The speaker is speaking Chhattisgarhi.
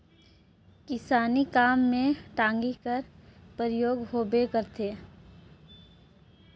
किसानी काम मे टागी कर परियोग होबे करथे